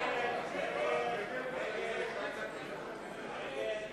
הצעת הסיכום שהביא חבר הכנסת ניצן הורוביץ